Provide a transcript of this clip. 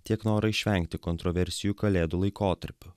tiek norą išvengti kontroversijų kalėdų laikotarpiu